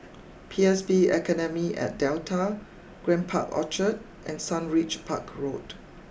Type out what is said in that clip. P S B Academy at Delta Grand Park Orchard and Sundridge Park Road